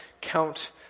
count